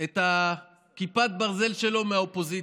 את כיפת הברזל שלו מהאופוזיציה.